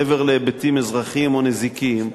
מעבר להיבטים אזרחיים או נזיקיים,